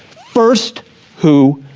first who,